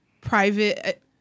private